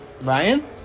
Ryan